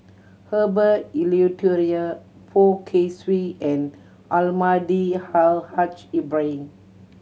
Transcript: Herbert Eleuterio Poh Kay Swee and Almahdi Al Haj Ibrahim